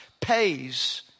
pays